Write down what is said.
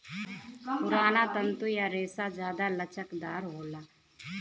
पुराना तंतु या रेसा जादा लचकदार होला